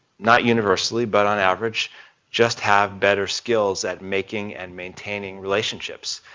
not universally, but on average just have better skills at making and maintaining relationships,